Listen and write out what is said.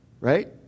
right